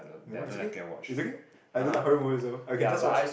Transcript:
never mind it's okay it's okay I don't like horror movies also I can just watch